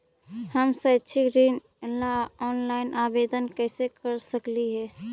हम शैक्षिक ऋण ला ऑनलाइन आवेदन कैसे कर सकली हे?